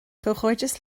comhghairdeas